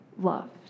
loved